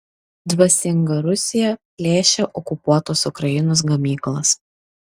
dvasinga rusija plėšia okupuotos ukrainos gamyklas